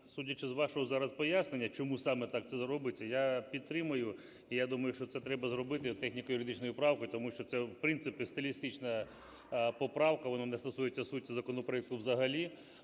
судячи з вашого зараз пояснення, чому саме так це робиться, я підтримую. І я думаю, що це треба зробити техніко-юридичною правкою, тому що це, в принципі, стилістична поправка, вона не стосується суті законопроекту взагалі.